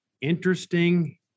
interesting